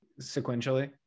sequentially